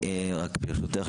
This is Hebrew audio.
רק ברשותך,